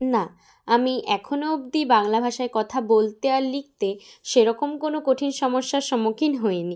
না আমি এখনও অবধি বাংলা ভাষায় কথা বলতে আর লিখতে সেরকম কোনো কঠিন সমস্যার সম্মুখীন হইনি